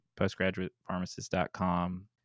postgraduatepharmacist.com